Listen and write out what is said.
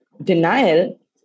Denial